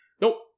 Nope